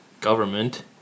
government